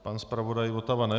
Pan zpravodaj Votava ne.